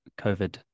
COVID